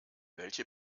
welche